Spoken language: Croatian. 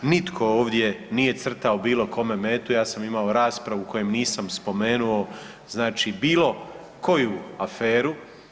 Nitko ovdje nije crtao bilo kome metu, ja sam imamo raspravu u kojoj nisam spomenuo znači bilo koju aferu.